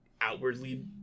outwardly